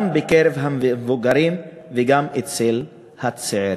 גם בקרב המבוגרים וגם אצל הצעירים.